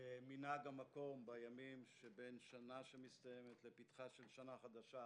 כמנהג המקום בימים שבהם שנה שמסתיימת לפתחה של שנה חדשה,